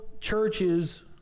churches